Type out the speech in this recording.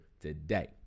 today